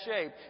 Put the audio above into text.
shape